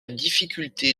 difficulté